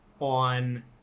on